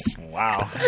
Wow